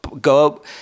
go